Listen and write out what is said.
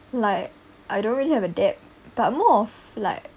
like I don't really have a debt but more of like